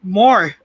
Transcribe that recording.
more